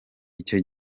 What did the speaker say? icyo